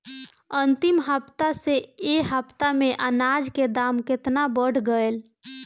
अंतिम हफ्ता से ए हफ्ता मे अनाज के दाम केतना बढ़ गएल?